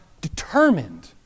determined